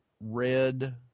red